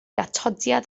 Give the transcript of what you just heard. atodiad